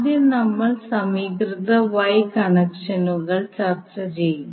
ആദ്യം നമ്മൾ സമീകൃത Y കണക്ഷനുകൾ ചർച്ച ചെയ്യും